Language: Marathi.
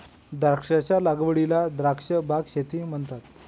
द्राक्षांच्या लागवडीला द्राक्ष बाग शेती म्हणतात